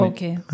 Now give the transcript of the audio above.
Okay